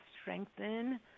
strengthen